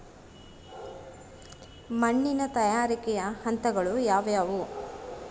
ಮಣ್ಣಿನ ತಯಾರಿಕೆಯ ಹಂತಗಳು ಯಾವುವು?